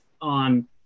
on